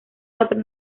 cuatro